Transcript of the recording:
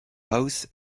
house